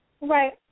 Right